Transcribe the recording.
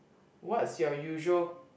what's your usual